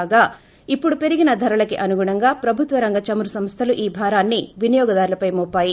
కాగా ఇప్పుడు పెరిగిన ధరలకనుగుణంగా ప్రభుత్వ రంగ చమురు సంస్థలు ఆ భారాన్సి వినియోగదారులపై మోపాయి